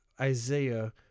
Isaiah